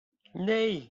nee